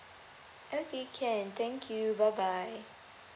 okay can thank you bye bye